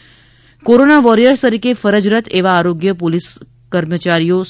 મુખ્યમંત્રી એ corona warriors તરીકે ફરજરત એવા આરોગ્ય પોલીસ